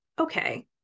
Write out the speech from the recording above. okay